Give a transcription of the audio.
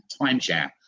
timeshare